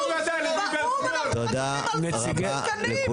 באו"ם אנחנו --- על סמים מסוכנים.